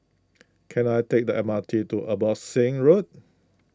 can I take the M R T to Abbotsingh Road